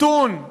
מתון,